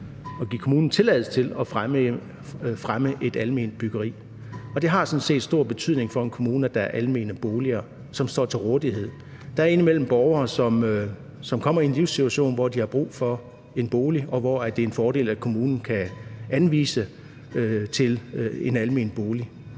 at give kommunen tilladelse til at fremme et alment byggeri, og det har sådan set stor betydning for en kommune, at der er almene boliger, som står til rådighed. Der er indimellem borgere, som kommer i en livssituation, hvor de har brug for en bolig, og hvor det er en fordel, at kommunen kan anvise til en almen bolig.